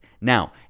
Now